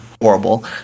horrible